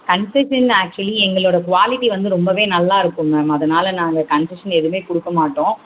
conjunction actually எங்களோடய quality வந்து ரொம்பவே நல்லாயிருக்கும் மேம் அதனால் நாங்கள் கன்ஜக்ஷன் எதுவுமே கொடுக்க மாட்டோம்